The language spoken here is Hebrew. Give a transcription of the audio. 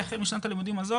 החל משנת הלימודים הזו